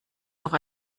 noch